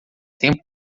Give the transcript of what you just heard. tempo